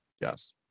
Yes